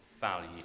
value